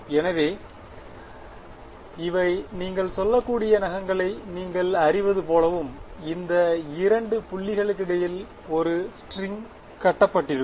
எனவே இவை நீங்கள் சொல்லக்கூடிய நகங்களை நீங்கள் அறிவது போலவும் இந்த இரண்டு புள்ளிகளுக்கிடையில் ஒரு ஸ்ட்ரிங்கட்டப்பட்டிருக்கும்